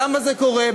למה זה קורה?